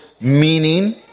meaning